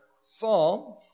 psalm